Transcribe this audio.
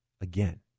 again